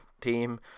team